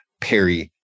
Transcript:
Perry